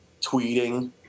tweeting